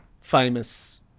famous